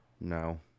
No